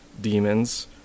demons